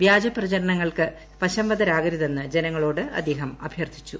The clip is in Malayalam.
വ്യാജ് പ്പചാരണങ്ങൾക്ക് വശംവദരാകരുതെന്ന് ജനങ്ങളോട് അദ്ദേഹം അഭൃർത്ഥിച്ചു